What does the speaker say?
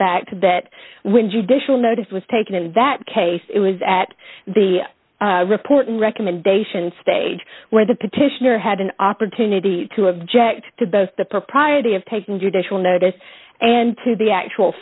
fact that when judicial notice was taken in that case it was at the report and recommendation stage where the petitioner had an opportunity to object to both the propriety of taking judicial notice and to the actual